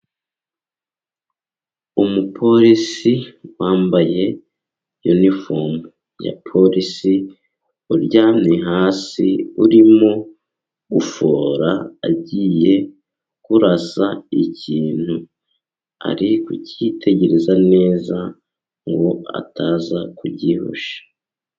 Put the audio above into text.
Umupolisi wambaye inifomu ya polisi, uryamye hasi urimo gufora, agiye kurasa ikintu ari kucyitegereza neza ngo ataza kugihusha.